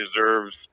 deserves